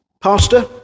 Pastor